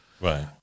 Right